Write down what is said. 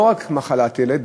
לא רק מחלת ילד,